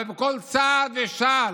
אבל בכל צעד ושעל